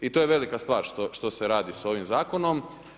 I to je velika stvar što se radi sa ovim zakonom.